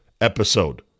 episode